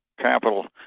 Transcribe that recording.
capital